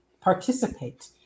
participate